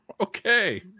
Okay